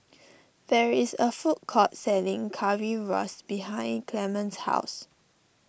there is a food court selling Currywurst behind Clemens' house